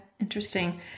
interesting